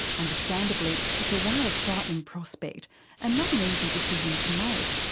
understandably it's a rather frightening prospect and not an easy decision to make,